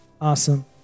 Awesome